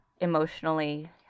emotionally